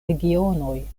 regionoj